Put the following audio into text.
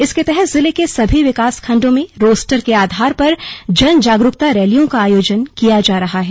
इसके तहत जिले के सभी विकासखण्डों में रोस्टर के आधार पर जन जागरूकता रैलियों का आयोजन किया जा रहा है